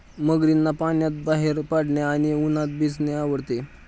मगरींना पाण्यातून बाहेर पडणे आणि उन्हात भिजणे आवडते